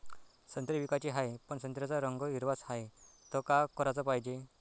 संत्रे विकाचे हाये, पन संत्र्याचा रंग हिरवाच हाये, त का कराच पायजे?